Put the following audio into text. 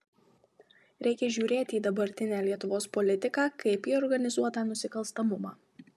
reikia žiūrėti į dabartinę lietuvos politiką kaip į organizuotą nusikalstamumą